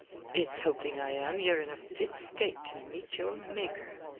it's hoping i am ye're in a fit state to meet your maker,